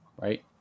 Right